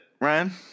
Ryan